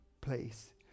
place